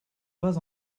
pas